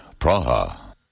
Praha